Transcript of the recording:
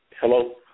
Hello